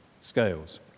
scales